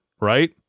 right